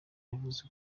yavuze